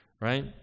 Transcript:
right